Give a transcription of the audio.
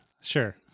sure